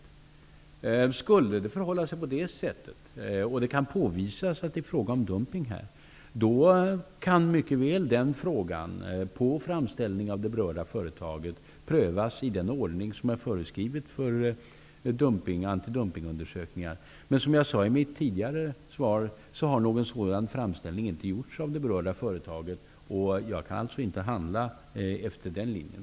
Om det skulle förhålla sig på det sättet och det kan påvisas att det här är fråga om dumpning, kan den frågan, på framställning av det berörda företaget, mycket väl prövas i den ordning som är föreskriven för antidumpningundersökningar. Men som jag sade i mitt svar tidigare har någon sådan framställning inte gjorts av det berörda företaget. Jag kan alltså inte handla efter den linjen.